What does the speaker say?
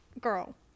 girl